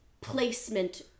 placement